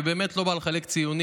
ובאמת לא בא לחלק ציונים,